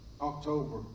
October